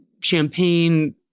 champagne